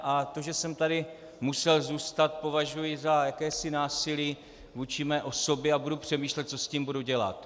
A to, že jsem tady musel zůstat, považuji za jakési násilí vůči mé osobě a budu přemýšlet, co s tím budu dělat.